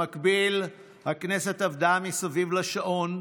במקביל הכנסת עבדה מסביב לשעון,